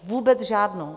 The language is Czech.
Vůbec žádnou!